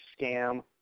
scam